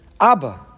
Abba